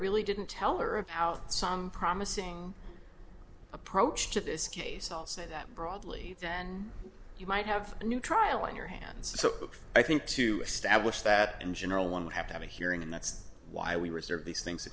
really didn't tell her about some promising approach to this case all say that broadly you might have a new trial in your hands so i think to establish that in general one would have to have a hearing and that's why we reserve these things to